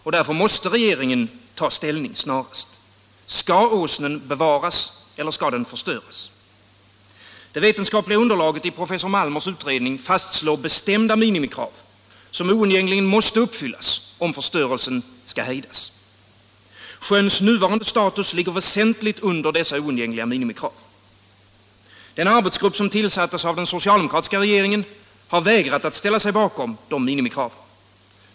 Och därför måste regeringen ta ställning snarast: Skall Åsnen bevaras eller skall den förstöras? Det vetenskapliga underlaget i professor Malmers utredning fastslår bestämda minimikrav som oundgängligen måste uppfyllas om förstörelsen skall hejdas. Sjöns nuvarande status ligger väsentligt under dessa absoluta minimikrav. Den arbetsgrupp som tillsattes av den socialdemokratiska regeringen har vägrat ställa sig bakom dessa minimikrav.